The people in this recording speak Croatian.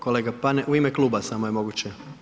Kolega Panenić, u ime kluba samo je moguće.